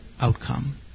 outcome